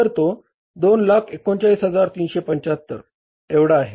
तर तो 239375 एवढा आहे